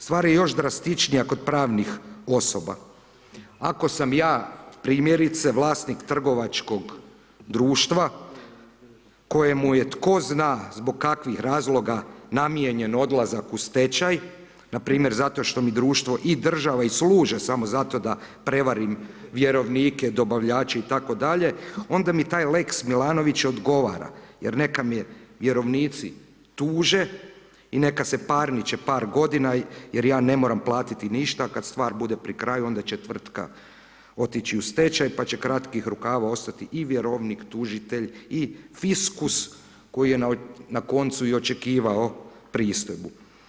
Stvar još drastičnija kod pravnih osoba, ako sam ja primjerice vlasnik trgovačkog društva, kojemu je tko za zbog kakvih razloga namijenjen odlazak u stečaj, npr. zato što mi društvo i država i služe samo za to da prevarim vjerovnike, dobavljače itd. onda mi taj lex Milanović odgovara, jer neka mi vjerovnici tuže i neka se parniče par g. jer ja ne moram platiti ništa, kada stvar bude pri kraju onda će tvrtka otići u stečaj, pa će kratkih rukava ostati i vjerovnik, tužitelj i fiskus, koji je na koncu očekivao pristojbu.